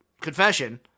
Confession